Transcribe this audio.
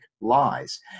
lies